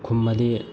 ꯈꯨꯝꯃꯗꯤ